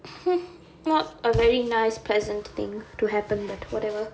not a very nice pleasant thing to happen but whatever